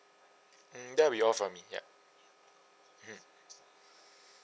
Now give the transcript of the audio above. mm that will be all from me ya mm